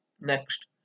Next